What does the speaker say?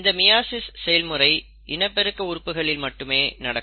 இந்த மியாசிஸ் செயல்முறை இனப்பெருக்க உறுப்புகளில் மட்டுமே நடக்கும்